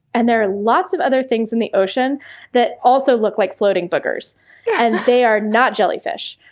and there are lots of other things in the ocean that also look like floating boogers and they are not jellyfish.